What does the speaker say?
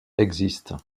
existent